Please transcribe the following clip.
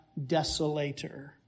desolator